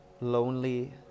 lonely